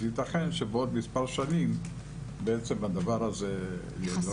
וייתכן שעוד מספר נשים בעצם הדבר הזה יהיה.